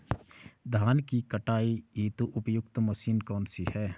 धान की कटाई हेतु उपयुक्त मशीन कौनसी है?